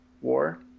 war